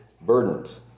burdens